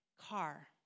car